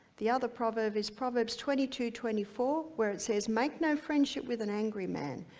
the other proverb is proverbs twenty two twenty four where it says, make no friendship with an angry man.